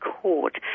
Court